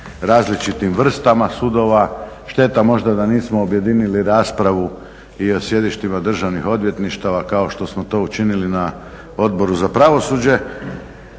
različitim vrstama sudova, šteta možda da nismo objedinili raspravu i o sjedištima državnih odvjetništava kao što smo to učinili na Odboru za pravosuđe,